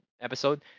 episode